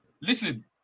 Listen